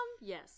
Yes